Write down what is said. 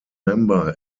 member